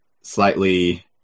slightly